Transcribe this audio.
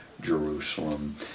Jerusalem